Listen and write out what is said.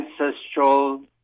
ancestral